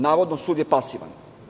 Navodno sud je pasivan.